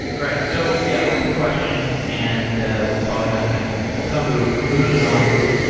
right. so yeah, open question and we're probably not going to come to a conclusion on yeah